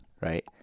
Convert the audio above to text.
right